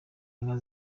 inka